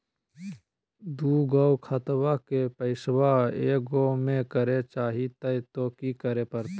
दू गो खतवा के पैसवा ए गो मे करे चाही हय तो कि करे परते?